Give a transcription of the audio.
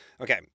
Okay